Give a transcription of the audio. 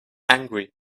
angry